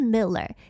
Miller